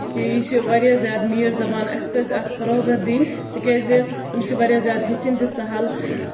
کہِ یہِ چھِ واریاہ زیادٕ میٖٹھ زَبان اَسہِ پَزِ اَتھ فَروغت دِنۍ تِکیازِ یہِ چھِ واریاہ زیادٕ ہیٚچھنۍ تہٕ سَہَل